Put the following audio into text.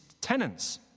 tenants